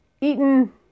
eaten